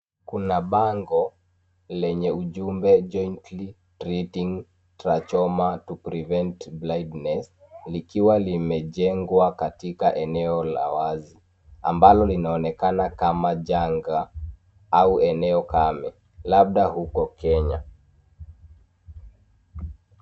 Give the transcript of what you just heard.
Kuna bango lenye ujumbe jointly treating trachoma to prevent blindness likiwa limejengwa katika eneo la wazi ambalo linaonekana kama janga au eneo kame, labda huko Kenya.